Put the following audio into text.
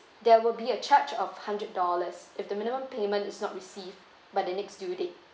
there will be a charge of hundred dollars if the minimum payment is not received by the next due date